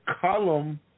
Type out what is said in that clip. column